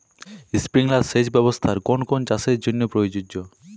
Sprinkler সেচ ব্যবস্থার কোন কোন চাষের জন্য প্রযোজ্য?